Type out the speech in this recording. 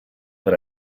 per